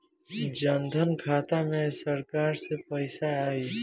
जनधन खाता मे सरकार से पैसा आई?